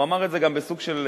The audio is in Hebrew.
הוא אמר את זה גם בסוג של,